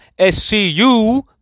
SCU